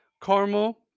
Carmel